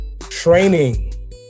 Training